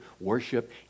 worship